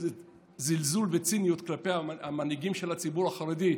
איזה זלזול וציניות כלפי המנהיגים של הציבור החרדי: